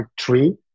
three